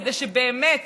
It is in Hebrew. כדי שבאמת